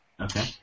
Okay